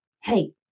hey